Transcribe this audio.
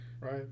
Right